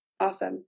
Awesome